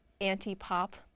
anti-pop